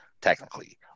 technically